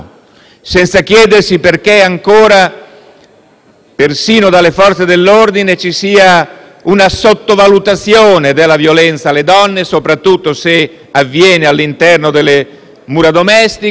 parte delle Forze dell'ordine, ci sia una sottovalutazione della violenza contro le donne, soprattutto se questa avviene all'interno delle mura domestiche, e senza chiedersi come mai,